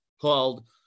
called